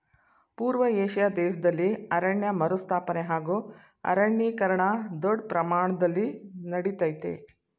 ಪೂರ್ವ ಏಷ್ಯಾ ದೇಶ್ದಲ್ಲಿ ಅರಣ್ಯ ಮರುಸ್ಥಾಪನೆ ಹಾಗೂ ಅರಣ್ಯೀಕರಣ ದೊಡ್ ಪ್ರಮಾಣ್ದಲ್ಲಿ ನಡಿತಯ್ತೆ